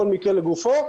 כל מקרה לגופו,